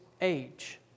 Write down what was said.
age